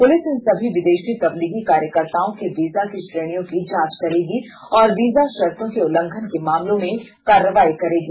police इन सभी विदेश तबलीगी कार्यकर्ताओं के वीजा की श्रेणियों की जांच करेगी और वीजा शर्तों के उल्लंघन के मामले में कार्रवाई करेगी